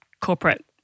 corporate